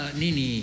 nini